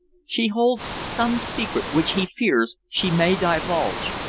she holds some secret which he fears she may divulge.